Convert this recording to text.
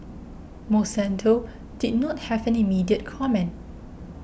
Monsanto did not have an immediate comment